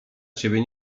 ciebie